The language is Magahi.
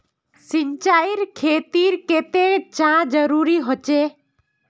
सिंचाईर खेतिर केते चाँह जरुरी होचे?